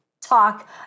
talk